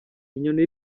inyoni